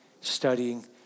studying